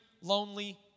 lonely